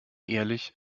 ehrlich